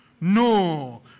no